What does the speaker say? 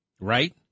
Right